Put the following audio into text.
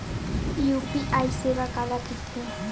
UPI सेवा काला कइथे?